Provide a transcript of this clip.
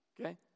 okay